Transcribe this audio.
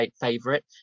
favorite